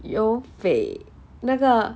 邮费那个